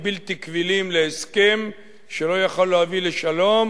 בלתי קבילים להסכם שלא יכול להוביל לשלום,